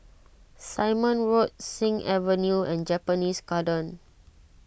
Simon Road Sing Avenue and Japanese Garden